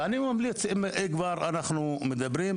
ואני ממליץ אם כבר אנחנו מדברים,